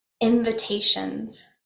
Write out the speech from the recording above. invitations